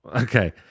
Okay